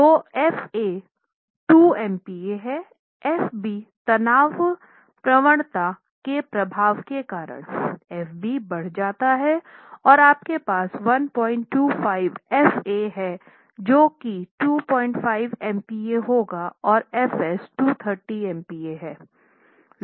तो F a 2 MPaहैFb तनाव प्रवणता के प्रभाव के कारण Fb बढ़ जाता है आपके पास 125 F a हैं जो कि 25 MPa होगा और Fs 230 MPa हैं